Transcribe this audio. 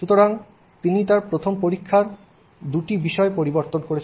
সুতরাং তিনি তার প্রথম পরীক্ষার থেকে দুটি বিষয় পরিবর্তন করেছেন